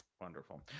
Wonderful